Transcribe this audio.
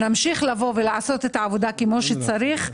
נמשיך לעשות את העבודה כפי שצריך.